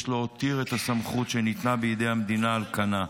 יש להותיר את הסמכות שניתנה בידי המדינה על כנה.